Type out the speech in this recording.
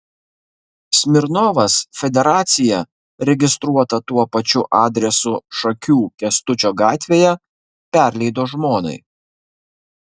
smirnovas federaciją registruotą tuo pačiu adresu šakių kęstučio gatvėje perleido žmonai